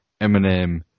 Eminem